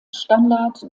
standard